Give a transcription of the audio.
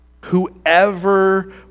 Whoever